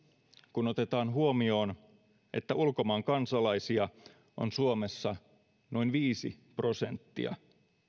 kun otetaan huomioon että ulkomaan kansalaisia on suomessa noin viisi prosenttia